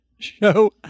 show